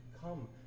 come